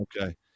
Okay